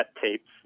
tapes